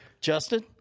Justin